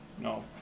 No